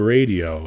Radio